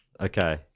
Okay